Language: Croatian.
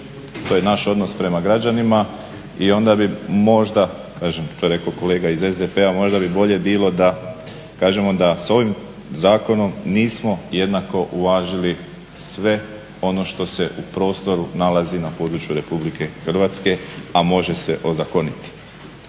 To je naš odnos prema građanima, i onda bi možda, kažem to je rekao kolega iz SDP-a, možda bi bolje bilo da kažemo da s ovim zakonom nismo jednako uvažili, sve ono što se u prostoru nalazi na području Republike Hrvatske, a može se ozakoniti.